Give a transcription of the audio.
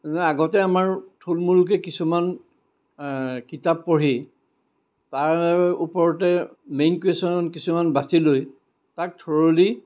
যেনে আগতে আমাৰ থূলমূলকৈ কিছুমান কিতাপ পঢ়ি তাৰ ওপৰতে মেইন কুৱেচন কিছুমান বাছি লৈ তাক থ্ৰ'ৰ'লি